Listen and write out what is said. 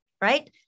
right